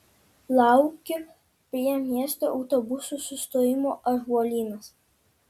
laukiu prie miesto autobusų sustojimo ąžuolynas